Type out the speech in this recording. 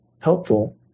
helpful